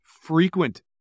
frequent